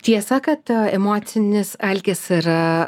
tiesa kad emocinis alkis yra